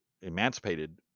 emancipated